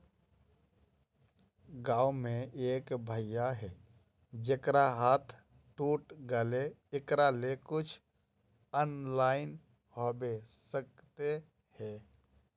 गाँव में एक भैया है जेकरा हाथ टूट गले एकरा ले कुछ ऑनलाइन होबे सकते है?